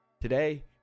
Today